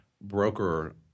broker